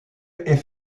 est